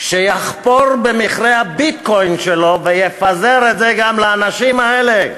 שיחפור במכרה ה"ביטקוין" שלו ויפזר את זה גם לאנשים האלה.